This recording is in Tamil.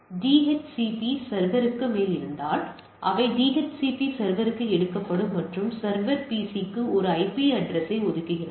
டிஹெச்சிபி சர்வர்க்கு மேல் இருந்தால் அவை டிஹெச்சிபி சர்வர்க்கு எடுக்கப்படும் மற்றும் சர்வர் பிசி க்கு ஒரு ஐபி அட்ரஸ்யை ஒதுக்குகிறது